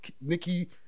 Nikki